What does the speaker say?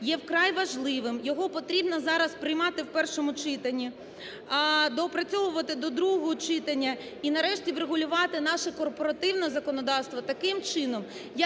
є вкрай важливим, його потрібно зараз приймати у першому читанні, доопрацьовувати до другого читання і, нарешті, врегулювати наше корпоративне законодавство таким чином,